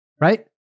right